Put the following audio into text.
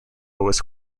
was